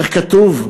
איך כתוב?